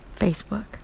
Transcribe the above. Facebook